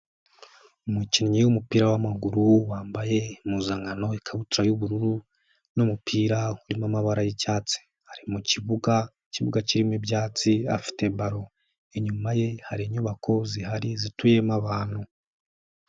Umukinnyi w'umupira w'amaguru wambaye impuzankano ikabutura y'ubururu, n'umupira urimo amabara y'icyatsi. Ari mukibuga ikibuga kirimo ibyatsi afite baro. Inyuma ye hari inyubako zihari zituyemo abantu.